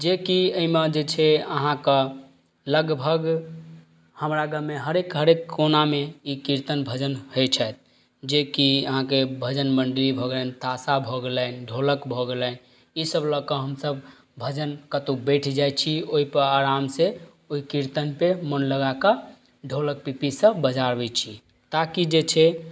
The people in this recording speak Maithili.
जेकि एहिमे जे छै आहाँके लगभग हमरा गाममे हरेक हरेक कोनामे ई कीर्तन भजन होइ छै जेकि आहाँके भजन मण्डली भऽ गेलै तासा भऽ गेलै ढोलक भऽ गेलै ई सब लऽ कऽ हमसब भजन कतौ बैठ जाइ छी ओहिपर आराम से ओहि कीर्तन पे मोन लगा कऽ ढोलक पिपही सब बजाबै छी ताकि जे छै